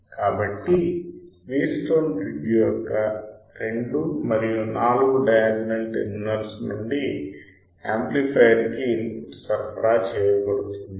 కాబట్టి Wheatstone bridge యొక్క రెండు మరియు నాలుగు డయాగ్నల్ టెర్మినల్స్ నుండి యాంప్లిఫయర్ కి ఇన్ పుట్ సరఫరా చేయబడుతుంది